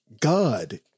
God